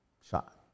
shot